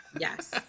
Yes